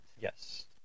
Yes